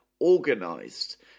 organised